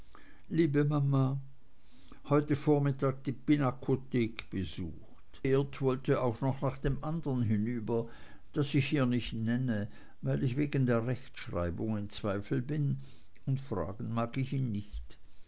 liebe mama heute vormittag die pinakothek besucht geert wollte auch noch nach dem andern hinüber das ich hier nicht nenne weil ich wegen der rechtschreibung in zweifel bin und fragen mag ich ihn nicht